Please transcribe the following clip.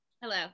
Hello